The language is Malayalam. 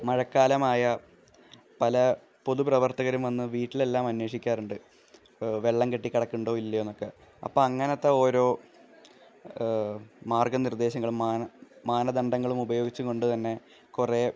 മഴക്കാലമായാൽ പല പൊതുപ്രവർത്തകരും വന്ന് വീട്ടിലെല്ലാം അന്വേഷിക്കാറുണ്ട് വെള്ളം കെട്ടി കിടക്കേണ്ടോ ഇല്ലയോ എന്നൊക്കെ അപ്പം അങ്ങനത്തെ ഓരോ മാർഗ്ഗ നിർദ്ദേശങ്ങളും മാന മാനദണ്ഡങ്ങളും ഉപയോഗിച്ച് കൊണ്ട് തന്നെ കുറേ